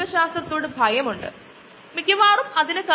ethanol നിർമ്മാണത്തെക്കുറിച്ചുള്ള വിശദാംശങ്ങൾ നൽകുന്ന ഈ ആനിമേഷൻ കാണൂ